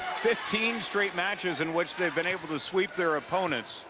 fifteen straight matches in which they've been able to sweep their opponents.